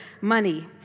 money